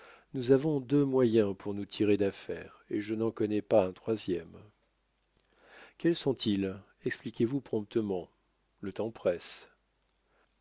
nous avons deux moyens pour nous tirer d'affaire et je n'en connais pas un troisième quels sont-ils expliquez-vous promptement le temps presse